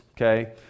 okay